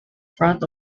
front